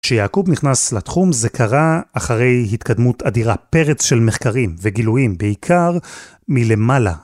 כשיעקב נכנס לתחום זה קרה אחרי התקדמות אדירה, פרץ של מחקרים וגילויים בעיקר מלמעלה.